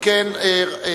אלה